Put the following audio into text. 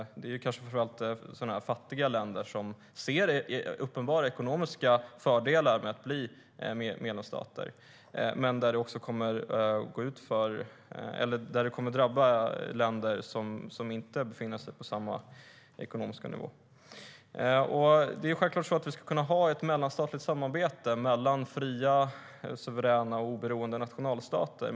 Det är kanske framför allt sådana där fattiga länder som ser uppenbara ekonomiska fördelar med att bli medlemsstater, men det kommer att drabba länder som inte befinner sig på samma ekonomiska nivå. Självklart ska vi kunna ha ett mellanstatligt samarbete mellan fria, suveräna och oberoende nationalstater.